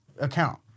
account